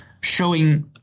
showing